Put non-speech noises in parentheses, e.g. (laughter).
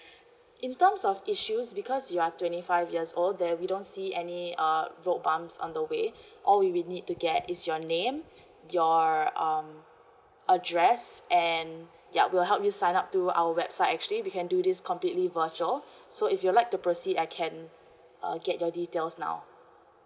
in terms of issues because you are twenty five years old there we don't see any uh road bumps on the way (breath) all we will need to get is your name (breath) your um address and yup we'll help you sign up through our website actually we can do this completely virtual (breath) so if you like to proceed I can uh get your details now